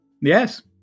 Yes